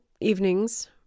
evenings